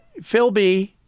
Philby